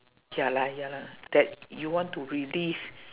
ya lah ya lah that you want to relive